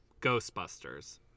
Ghostbusters